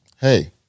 Hey